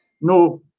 No